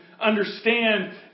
Understand